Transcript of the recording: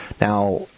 Now